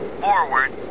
forward